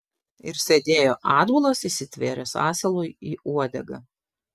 ir sėdėjo atbulas įsitvėręs asilui į uodegą